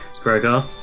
Gregor